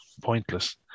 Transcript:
pointless